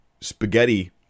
spaghetti